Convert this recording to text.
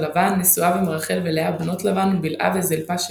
נישואיו עם רחל ולאה בנות לבן ובלהה וזלפה שפחותיהן,